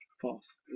False